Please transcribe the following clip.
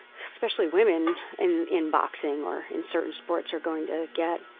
especially women in in boxing, or in certain sports, are going to get.